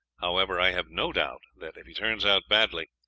however, i have no doubt that, if he turns out badly,